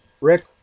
Rick